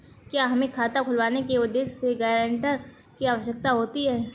क्या हमें खाता खुलवाने के उद्देश्य से गैरेंटर की आवश्यकता होती है?